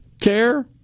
care